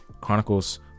chronicles